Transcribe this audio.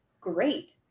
great